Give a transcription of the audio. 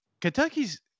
Kentucky's